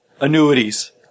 annuities